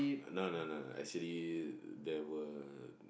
no no no actually there were